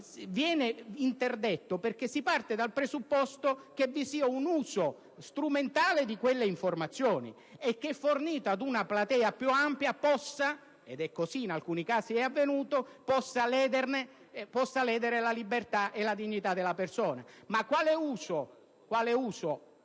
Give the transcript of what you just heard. viene interdetta perché si parte dal presupposto che vi sia un uso strumentale di quelle informazioni che, fornite ad una platea più ampia, possa - ed è ciò che in alcuni casi è avvenuto - ledere la libertà e la dignità della persona. Ma quale uso